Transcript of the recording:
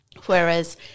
Whereas